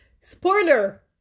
Spoiler